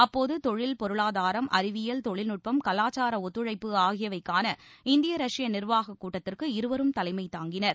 அப்போது தொழில் பொருளாதாரம் அறிவியல் தொழில்நுட்பம் கலாச்சார ஒத்துழைப்பு ஆகியவைக்கான இந்திய ரஷ்ய நிர்வாக கூட்டத்திற்கு இருவரும் தலைமை தாங்கினர்